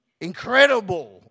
incredible